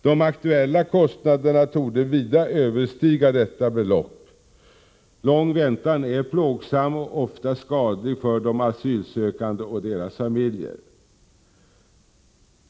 De aktuella kostnaderna torde vida överstiga detta belopp. Lång väntan är plågsam och ofta skadlig för de asylsökande och deras familjer.